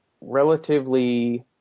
relatively